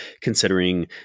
considering